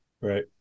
Right